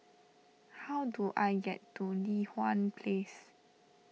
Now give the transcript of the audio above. how do I get to Li Hwan Place